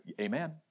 amen